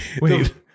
Wait